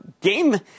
game